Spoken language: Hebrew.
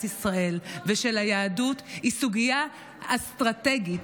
ישראל ושל היהדות היא סוגיה אסטרטגית.